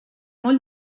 molt